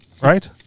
right